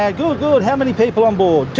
yeah good, good. how many people onboard? two.